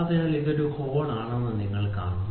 അതിനാൽ ഇത് ഒരു ഹോൾ ആണെന്ന് നിങ്ങൾ കാണുന്നു